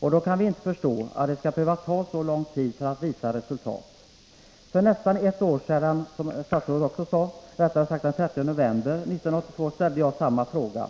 och då kan vi inte förstå att det skall behöva ta så lång tid att visa resultat. Som statsrådet nämnde ställde jag samma fråga för nästan ett år sedan — rättare sagt den 30 november 1982.